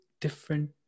different